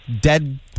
dead